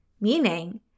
Meaning